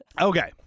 Okay